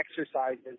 exercises